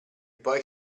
poi